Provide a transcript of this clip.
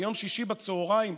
ביום שישי בצוהריים,